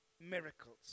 miracles